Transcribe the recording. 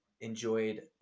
enjoyed